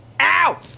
Ow